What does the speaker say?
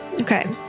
Okay